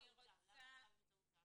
למה באמצעות צו?